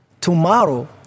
Tomorrow